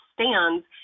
stands